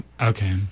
Okay